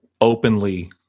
openly